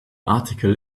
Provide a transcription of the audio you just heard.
article